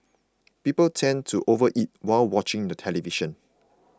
people tend to overeat while watching the television